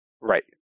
Right